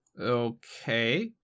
Okay